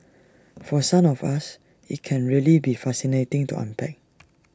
for some of us IT can really be fascinating to unpack